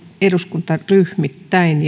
eduskuntaryhmittäin